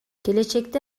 келечекте